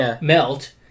melt